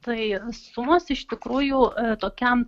tai sumos iš tikrųjų tokiam